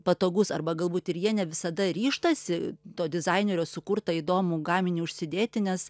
patogus arba galbūt ir jie ne visada ryžtasi to dizainerio sukurtą įdomų gaminį užsidėti nes